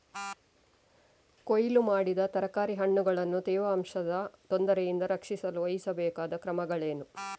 ಕೊಯ್ಲು ಮಾಡಿದ ತರಕಾರಿ ಹಣ್ಣುಗಳನ್ನು ತೇವಾಂಶದ ತೊಂದರೆಯಿಂದ ರಕ್ಷಿಸಲು ವಹಿಸಬೇಕಾದ ಕ್ರಮಗಳೇನು?